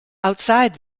outside